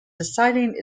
deciding